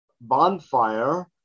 bonfire